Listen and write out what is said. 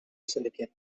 syndicate